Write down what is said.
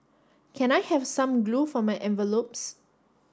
can I have some glue for my envelopes